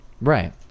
Right